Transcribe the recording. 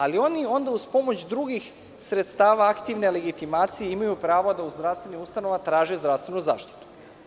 Ali, oni onda uz pomoć drugih sredstava, aktivne legitimacije imaju prava da u zdravstvenim ustanovama traže zdravstvenu zaštitu.